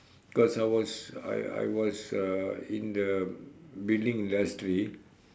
because I was I I was uh in the building industry